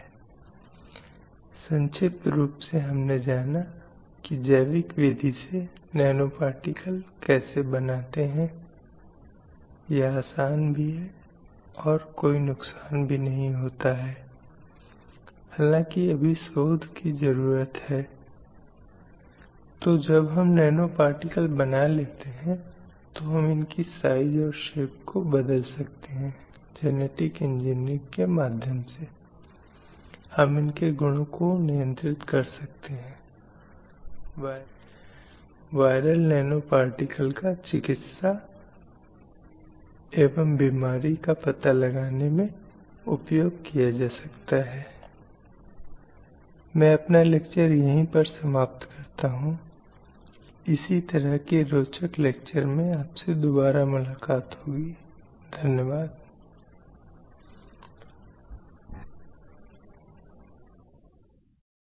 क्योंकि पितृसत्ता की अवधारणा जो कहीं न कहीं व्यक्ति के मन में विश्वास या दृष्टिकोण में बहुत मजबूत है उसे वश में करने और हावी होने की कोशिश करती है और इस तरह अन्य वर्ग जो महिलाएं हैं उनपर अपनी पकड़ या श्रेष्ठता का प्रदर्शन करता है इसलिए इस लैंगिक पितृसत्ता की अवधारणा में एक अत्यंत महत्वपूर्ण धारणा सामने आती है जहाँ इस पितृसत्तात्मक मान्यताओं को महिलाओं की अधीनता या प्रभुत्व में एक प्रमुख भूमिका के रूप में देखा जाता है अगले सत्र में इस मॉड्यूल के साथ जारी करेंगे